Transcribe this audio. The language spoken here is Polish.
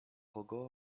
kogo